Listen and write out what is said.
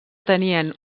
tenien